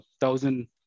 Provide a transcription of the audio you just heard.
thousand